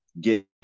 get